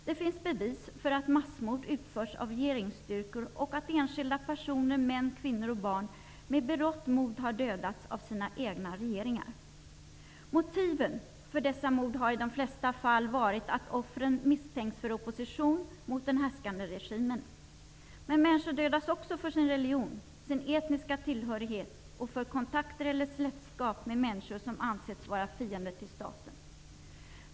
Det finns bevis för att massmord utförs av regeringsstyrkor och att enskilda personer, män, kvinnor och barn, med berått mod har dödats av sina egna regeringar. Motiven för dessa mord har i de flesta fall varit att offren misstänks för opposition mot den härskande regimen. Men människor dödas också för sin religion, sin etniska tillhörighet och för kontakter eller släktskap med människor som anses vara fiender till staten.